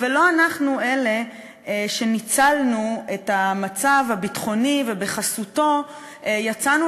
ולא אנחנו אלה שניצלו את המצב הביטחוני ובחסותו יצאו